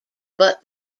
but